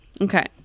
Okay